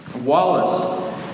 Wallace